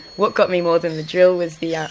what got me more than the drill was the yeah